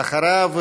אחריו,